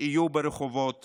יהיו ברחובות